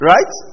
Right